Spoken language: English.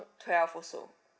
twelve also